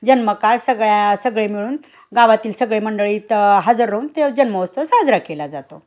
जन्मकाळ सगळ्या सगळे मिळून गावातील सगळे मंडळी हजर राहून तो जन्मोत्सव साजरा केला जातो